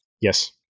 Yes